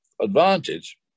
advantage